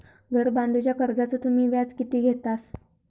घर बांधूच्या कर्जाचो तुम्ही व्याज किती घेतास?